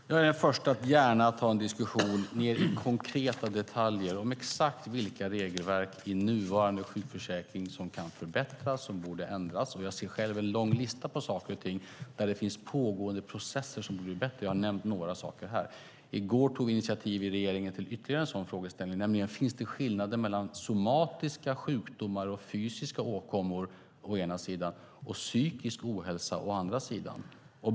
Herr talman! Jag är den första att gärna ta en diskussion mer i konkreta detaljer om exakt vilka regelverk i nuvarande sjukförsäkring som kan förbättras och borde ändras. Jag ser själv en lång lista på saker och ting. Det finns pågående processer som gör att det blir bättre. Jag har nämnt några här. I går tog jag initiativ i regeringen till att se ytterligare på en fråga, nämligen: Finns det skillnader mellan somatiska sjukdomar och fysiska åkommor å ena sidan och psykisk ohälsa å andra sidan?